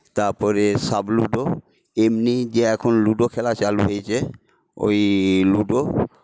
তারপরে সাপ লুডো এমনিই যে এখন লুডো খেলা চালু হয়েছে ওই লুডো